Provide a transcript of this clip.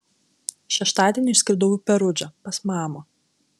šeštadienį išskridau į perudžą pas mamą